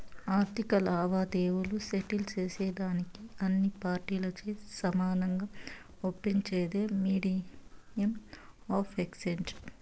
ఆర్థిక లావాదేవీలు సెటిల్ సేసేదానికి అన్ని పార్టీలచే సమానంగా ఒప్పించేదే మీడియం ఆఫ్ ఎక్స్చేంజ్